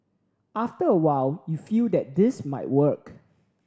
after a while you feel that this might work